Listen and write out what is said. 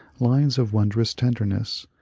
lines of wondrous tenderness,